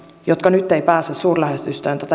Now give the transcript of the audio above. jotka nyt eivät pääse suurlähetystöön